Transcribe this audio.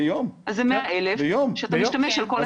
זה 100,000 שאתה משתמש על כל אחד מהם.